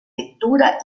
lectura